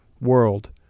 world